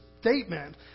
statement